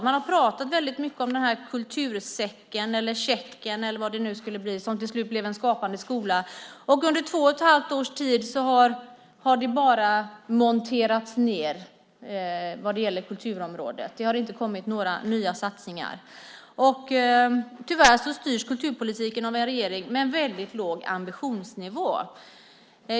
Man har pratat väldigt mycket om den här kultursäcken, checken eller vad det nu skulle bli, som till slut blev Skapande skola, och under två och ett halvt års tid har det bara monterats ned vad gäller kulturområdet. Det har inte kommit några nya satsningar. Tyvärr styrs kulturpolitiken av en regering med en väldigt låg ambitionsnivå.